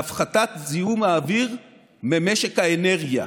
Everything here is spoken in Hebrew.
בהפחתת זיהום האוויר ממשק האנרגיה.